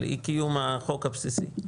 של אי-קיום החוק הבסיסי.